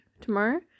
tomorrow